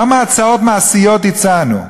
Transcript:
כמה הצעות מעשיות הצענו,